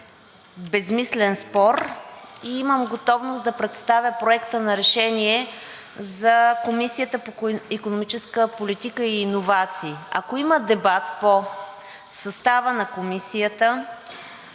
безсмислен спор, и имам готовност да представя Проекта на решение за Комисията по икономическа политика и иновации. Ако има дебат по състава на Комисията,